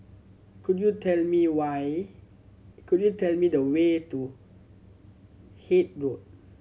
could you tell me why could you tell me the way to Hythe Road